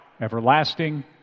everlasting